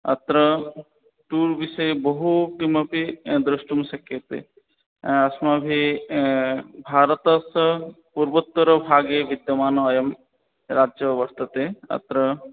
अत्र टूर् विषये बहु किमपि द्रष्टुं शक्यते अस्माभिः भारतस्य पूर्वोत्तरभागे विद्यमानो अयं राज्यो वर्तते अत्र